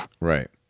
Right